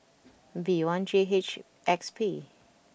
B one J H X P